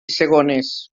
segones